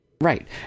Right